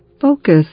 Focus